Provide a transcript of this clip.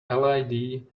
led